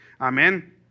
Amen